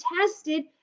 tested